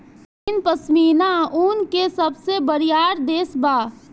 चीन पश्मीना ऊन के सबसे बड़ियार देश बा